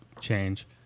change